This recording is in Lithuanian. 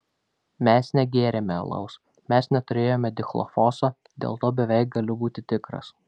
mes negėrėme alaus mes neturėjome dichlofoso dėl to beveik galiu būti tikras